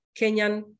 Kenyan